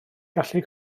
gallu